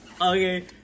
Okay